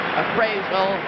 appraisal